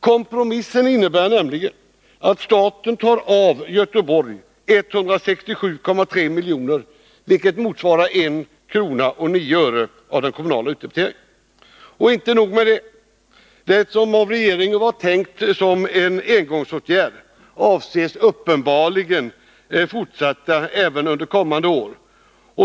Kompromissen innebär nämligen att staten tar ifrån Göteborg 167,3 milj.kr., vilket motsvarar 1:09 kr. av den kommunala utdebiteringen. Inte nog med det — det som regeringen tänkt skulle vara en engångsåtgärd avses uppenbarligen fortsätta även under kommande år.